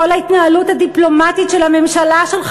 כל ההתנהלות הדיפלומטית של הממשלה שלך